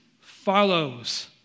follows